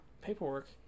paperwork